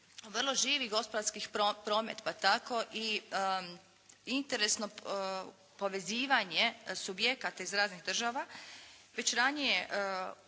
vrlo živi gospodarski promet pa tako i interesno povezivanje subjekata iz raznih država već ranije